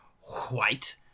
white